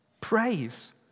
Praise